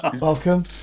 Welcome